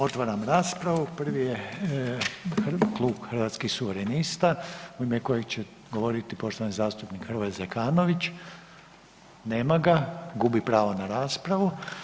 Otvaram raspravu prvi je Klub Hrvatskih suverenista u ime kojeg će govorit poštovani zastupnik Hrvoje Zekanović, nema ga, gubi pravo na raspravu.